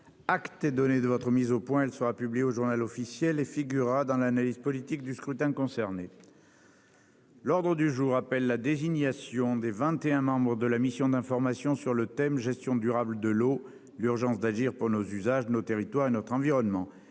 Acte est donné de cette mise au point, mon cher collègue. Elle sera publiée au et figurera dans l'analyse politique du scrutin. L'ordre du jour appelle la désignation des vingt et un membres de la mission d'information sur le thème :« Gestion durable de l'eau : l'urgence d'agir pour nos usages, nos territoires et notre environnement.